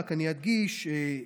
רק אדגיש,